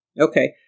Okay